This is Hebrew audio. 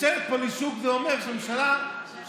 ממשלת פולישוק זה אומר שזאת ממשלה שכל